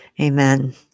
Amen